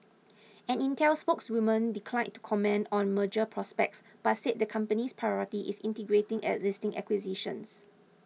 an Intel spokeswoman declined to comment on merger prospects but said the company's priority is integrating existing acquisitions